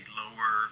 lower